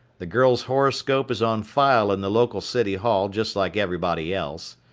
the girl's horoscope is on file in the local city hall, just like everybody else.